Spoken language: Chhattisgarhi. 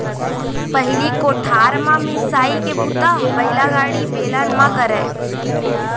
पहिली कोठार म मिंसाई के बूता बइलागाड़ी, बेलन म करयँ